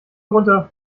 runter